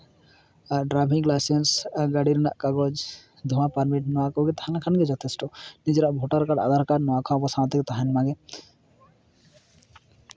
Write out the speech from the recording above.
driving licence ᱜᱟᱹᱰᱤ ᱨᱮᱱᱟᱜ ᱠᱟᱜᱚᱡᱽ ᱫᱷᱳᱣᱟ ᱯᱟᱨᱢᱤᱴ ᱱᱚᱣᱟ ᱠᱚᱜᱮ ᱛᱟᱦᱮᱞᱮᱱᱠᱷᱟᱱ ᱜᱮ ᱡᱚᱛᱷᱮᱥᱴᱚ ᱱᱤᱡᱮᱨᱟᱜ ᱵᱷᱳᱴᱟᱨ ᱠᱟᱨᱰ ᱟᱫᱷᱟᱨ ᱠᱟᱨᱰ ᱱᱚᱣᱟ ᱠᱚᱦᱚᱸ ᱟᱵᱚ ᱥᱟᱶᱛᱮ ᱛᱟᱦᱮᱱ ᱢᱟᱜᱮ